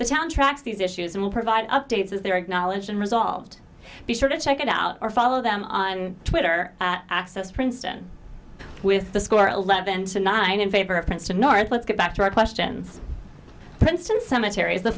the town tracks these issues and provide updates as they are acknowledged and resolved be sure to check it out or follow them on twitter access princeton with the score eleven to nine in favor of princeton north let's get back to our questions princeton cemetery is the